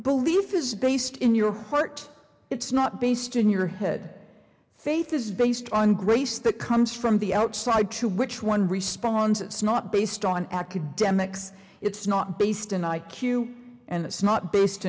belief is based in your heart it's not based in your head faith is based on grace the comes from the outside to which one responds it's not based on academics it's not based on i q and it's not based